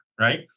right